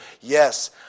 yes